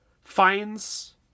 finds